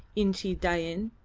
inchi dain.